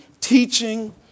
teaching